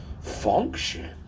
function